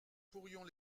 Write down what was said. pourrions